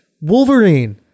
Wolverine